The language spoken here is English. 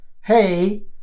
Hey